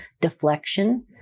deflection